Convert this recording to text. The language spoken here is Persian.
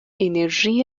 انرژی